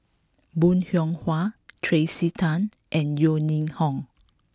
Bong Hiong Hwa Tracey Tan and Yeo Ning Hong